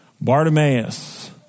Bartimaeus